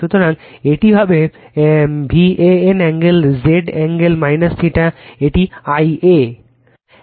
সুতরাং এটি হবে V AN angle Z angle θ এটি I a